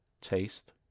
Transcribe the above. taste